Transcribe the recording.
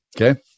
Okay